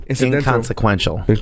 Inconsequential